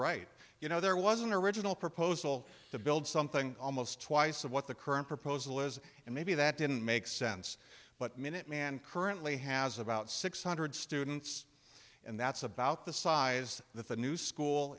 right you know there was an original proposal to build something almost twice of what the current proposal is and maybe that didn't make sense but minuteman currently has about six hundred students and that's about the size that the new school